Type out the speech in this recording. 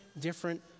different